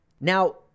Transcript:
Now